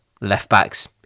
left-backs